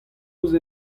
ouzh